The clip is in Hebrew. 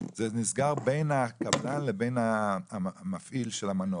זה נסגר בין הקבלן לבין המפעיל של המנוף,